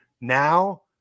Now